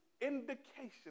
indication